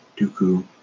Dooku